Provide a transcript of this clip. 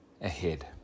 ahead